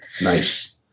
Nice